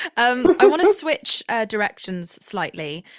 um i want to switch directions slightly.